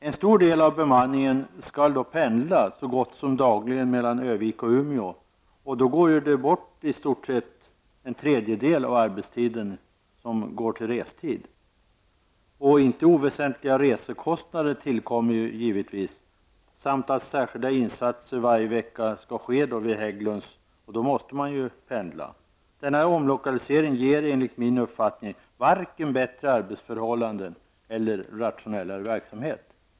En stor del av bemanningen skall så gott som dagligen pendla mellan Örnsköldsvik och Umeå. En tredjedel av arbetstiden går åt till restid. Givetvis tillkommer inte oväsentliga resekostnader. Särskilda insatser skall varje vecka ske vid Hägglunds, och då måste man pendla. Denna omlokalisering ger enligt min uppfattning varken bättre arbetsförhållanden eller rationellare verksamhet.